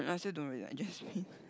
I still don't really like Jasmine